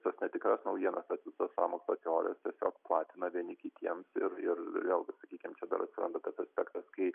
tas netikras naujienas tas visas sąmokslo teorijas tiesiog platina vieni kitiems ir ir vėl gi sakykim čia dar atsiranda tas aspektas kai